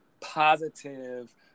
positive